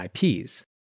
IPs